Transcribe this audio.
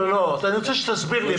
לא, אני רוצה שתסביר לי.